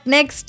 Next